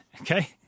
Okay